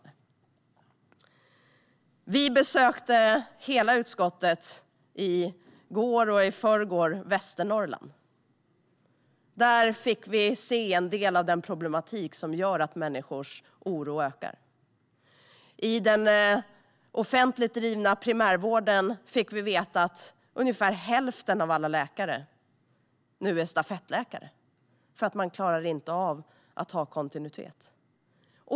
Hela utskottet besökte i går och i förrgår Västernorrland. Där fick vi se en del av den problematik som gör att människors oro ökar. I den offentligt drivna primärvården är, fick vi veta, ungefär hälften av alla läkare nu stafettläkare, på grund av att man inte klarar av att ha kontinuitet.